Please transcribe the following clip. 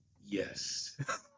Yes